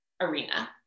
arena